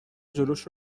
جلوش